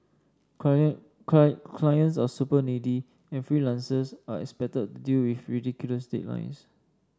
client client clients are super needy and freelancers are expected to deal with ridiculous deadlines